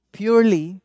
purely